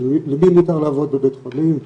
של למי מותר לעבוד בבית חולים,